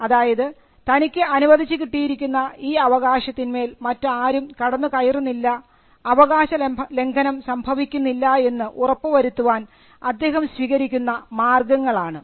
അതായത് തനിക്ക് അനുവദിച്ച് കിട്ടിയിരിക്കുന്ന ഈ അവകാശത്തിന്മേൽ മറ്റാരും കടന്നു കയറുന്നില്ല അവകാശലംഘനം സംഭവിക്കുന്നില്ല എന്ന് ഉറപ്പു വരുത്താൻ അദ്ദേഹം സ്വീകരിക്കുന്ന മാർഗങ്ങൾ ആണ്